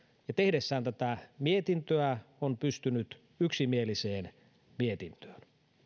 ja tehdessään tätä mietintöä on pystynyt yksimieliseen mietintöön